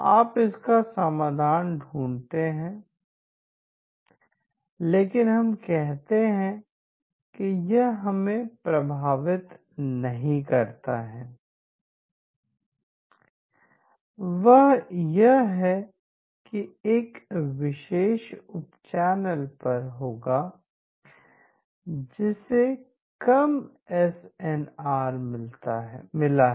आप इसका समाधान ढूंढते हैं लेकिन हम कहते हैं कि यह हमें प्रभावित नहीं करता है वह यह है कि एक विशेष उप चैनल पर होगा जिसे कम SNR मिला है